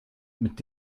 mit